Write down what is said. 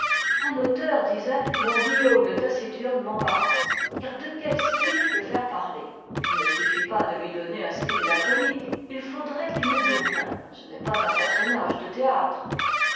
un auteur disait mon guillaume le taciturne m'embarrasse car de quel style le faire parler il ne suffit pas de lui donner un style laconique il faudrait qu'il ne dît rien ce n'est pas un personnage de théâtre